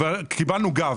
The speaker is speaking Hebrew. קיבלנו גב,